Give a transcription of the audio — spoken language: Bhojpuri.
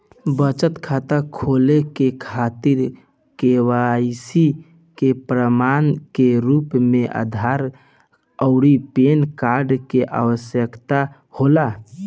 बचत खाता खोले के खातिर केवाइसी के प्रमाण के रूप में आधार आउर पैन कार्ड के आवश्यकता होला